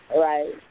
right